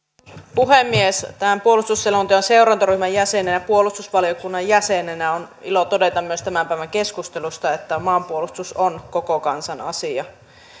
puhemies tämän puolustusselonteon seurantaryhmän jäsenenä ja puolustusvaliokunnan jäsenenä on ilo todeta myös tämän päivän keskustelusta että maanpuolustus on koko kansan asia